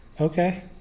Okay